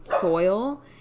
soil